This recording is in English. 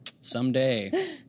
Someday